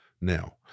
Now